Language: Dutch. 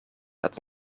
dat